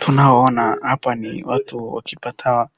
Tunaona hapa ni watu wakipata